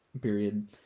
period